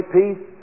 peace